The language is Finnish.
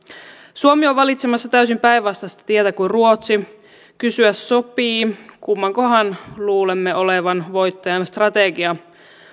suomi on valitsemassa täysin päinvastaista tietä kuin ruotsi kysyä sopii kummankohan luulemme olevan voittajan strategia